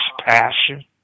passion